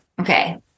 Okay